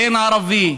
אין ערבי,